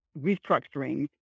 restructuring